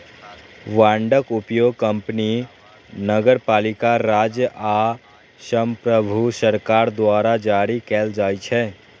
बांडक उपयोग कंपनी, नगरपालिका, राज्य आ संप्रभु सरकार द्वारा जारी कैल जाइ छै